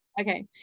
Okay